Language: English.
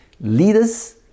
Leaders